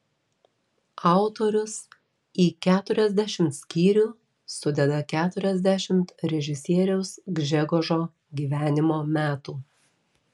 autorius į keturiasdešimt skyrių sudeda keturiasdešimt režisieriaus gžegožo gyvenimo metų